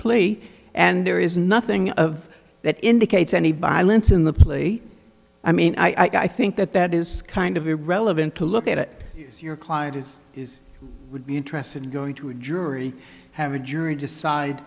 play and there is nothing of that indicates any violence in the plea i mean i think that that is kind of irrelevant to look at it as your client is is would be interested in going to a jury have a jury decide